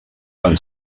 fan